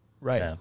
Right